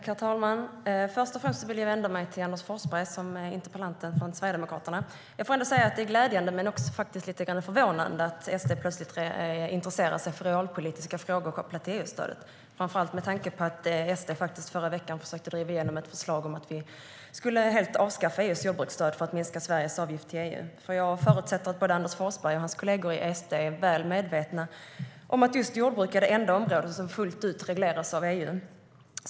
Herr talman! Först och främst vill jag vända mig till interpellanten Anders Forsberg från Sverigedemokraterna. Det är glädjande men också lite förvånande att SD plötsligt intresserar sig för realpolitiska frågor kopplade till EU-stödet, framför allt med tanke på att SD förra veckan försökte driva igenom ett förslag om att vi helt skulle avskaffa EU:s jordbruksstöd för att minska Sveriges avgift till EU. Jag förutsätter att både Anders Forsberg och hans kolleger i SD är väl medvetna om att just jordbruk är det enda område som fullt ut regleras av EU.